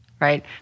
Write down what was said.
right